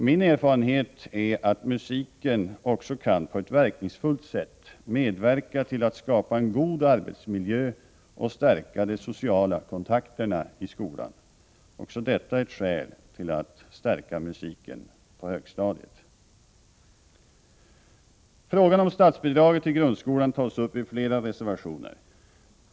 Min erfarenhet är att musiken också kan på ett verkningsfullt sätt medverka till att skapa en god arbetsmiljö och stärka de sociala kontakterna i skolan. Också detta är ett skäl till att stärka musikundervisningen på högstadiet. Frågan om statsbidraget till grundskolan tas upp i flera reservationer.